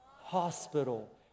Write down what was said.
hospital